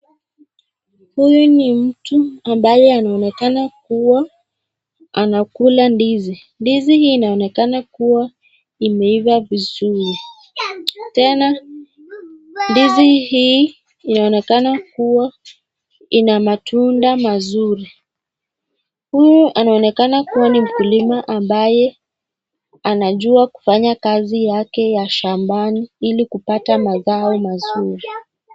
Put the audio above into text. Huyu ni mtu ambaye anaonekana kuwa anakula ndizi. Ndizi hii inaonekana kuwa imeiva vizuri. Tena ndizi hii inaonekana kuwa ina matunda mazuri. Huyu anaonekana kuwa ni mkulima ambaye anajua kufanya kazi yake ya shambani ili kupata mazao mazuri.